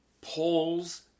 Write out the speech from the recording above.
Polls